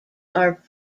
are